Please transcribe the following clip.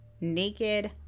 naked